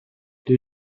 les